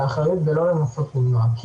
להחריג ולא לנסות למנוע,